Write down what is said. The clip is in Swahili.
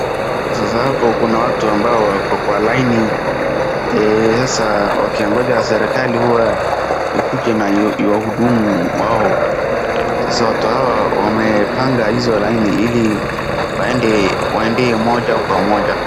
Sasa hapo kuna watu ambao wako kwa laini sasa wakiongoja serikali ikuje iwahudumu wao .Sasa watu hawa wamepanga hizo laini ili waende moja kwa moja.